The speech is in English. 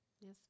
Yes